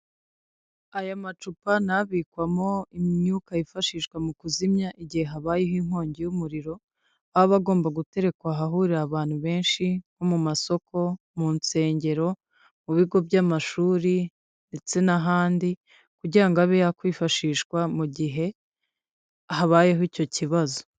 Aya macupa ni abikwamo imyuka yifashishwa mu kuzimya igihe habayeho inkongi y'umuriro aba agomba guterekwa ahahurira abantu benshi nko mu masoko, mu nsengero, mu bigo by'amashuri ndetse n'ahandi kugira abe yakwifashishwa mu gihe habayeho icyo kibazo.